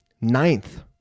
ninth